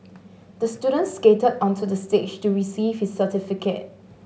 the student skated onto the stage to receive his certificate